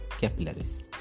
capillaries